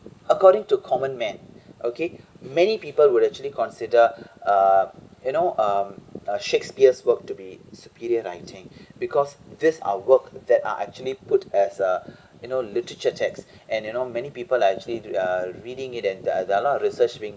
according to common man okay many people would actually consider uh you know um uh shakespeare's work to be superior writing because this are work that are actually put as uh you know literature text and you know many people are actually do uh reading it and there there're a lot of research being